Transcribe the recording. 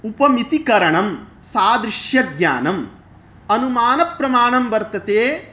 उपमितिकरणं सादृश्यज्ञानम् अनुमानप्रमाणं वर्तते